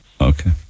Okay